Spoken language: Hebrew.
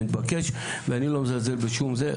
זה מתבקש ואני לא מזלזל בשום זה,